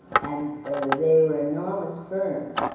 and they were enormous firms,